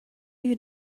you